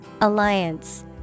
Alliance